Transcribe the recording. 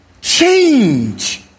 change